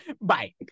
bye